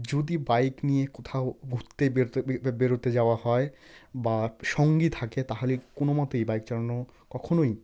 যদি বাইক নিয়ে কোথাও ঘুরতে বেড়াতে বেড়াতে যাওয়া হয় বা সঙ্গী থাকে তাহলে কোনোমতেই বাইক চালানো কখনোই